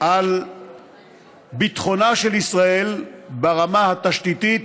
על ביטחונה של ישראל ברמה התשתיתית,